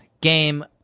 game